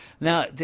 Now